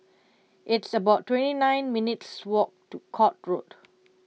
it's about twenty nine minutes' walk to Court Road